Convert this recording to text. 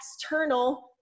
external